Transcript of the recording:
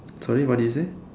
sorry what did you say